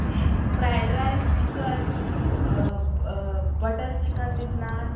fried rice chicken butter chicken with naan